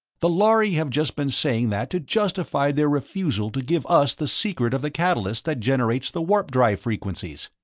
the lhari have just been saying that to justify their refusal to give us the secret of the catalyst that generates the warp-drive frequencies!